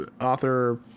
author